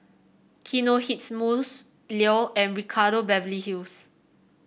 Kinohimitsu Leo and Ricardo Beverly Hills